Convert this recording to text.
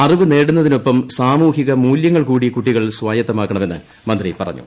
അറിവ് നേടുന്നതിനൊപ്പം സാമൂഹിക മൂല്യങ്ങൾ കൂടി കുട്ടികൾ സ്വായത്തമാക്കണമെന്ന് ് മന്ത്രി പറഞ്ഞു